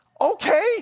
Okay